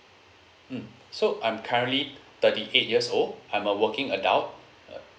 mm so I'm currently thirty eight years old I'm a working adult uh